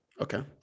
Okay